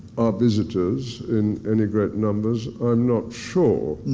visitors in any great numbers, i'm not sure.